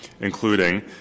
including